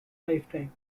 lifetime